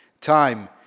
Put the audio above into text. time